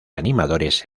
animadores